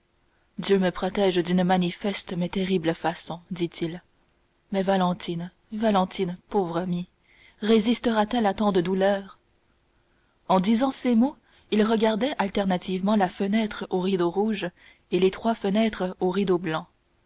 dieu me protège d'une manifeste mais terrible façon dit-il mais valentine valentine pauvre amie résistera t elle à tant de douleurs en disant ces mots il regardait alternativement la fenêtre aux rideaux rouges et les trois fenêtres aux rideaux blancs